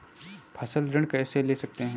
फसल ऋण कैसे ले सकते हैं?